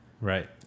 Right